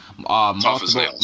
Multiple